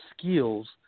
skills